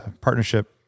partnership-